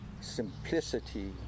simplicity